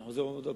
אני חוזר שוב,